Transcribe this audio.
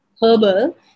herbal